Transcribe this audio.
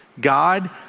God